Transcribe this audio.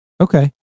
Okay